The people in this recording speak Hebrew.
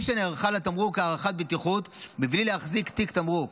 שנערה לתמרוק הערכת בטיחות ומבלי להחזיק תיק תמרוק,